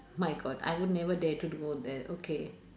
my god I would never dare to do all that okay